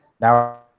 Now